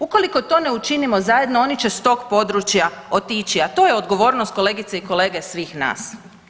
Ukoliko to ne učinimo zajedno oni će s tog područja otići, a to je odgovornost, kolegice i kolege, svih nas.